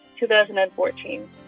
2014